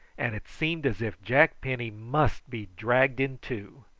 and it seemed as if jack penny must be dragged in two.